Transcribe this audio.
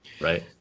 Right